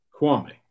Kwame